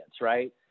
right